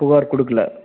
புகார் கொடுக்கல